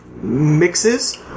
mixes